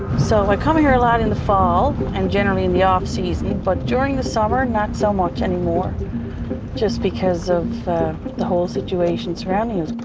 so we're ah coming here a lot in the fall and generally in the off season. but during the summer, not so much anymore just because of the whole situation surrounding us.